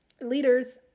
leaders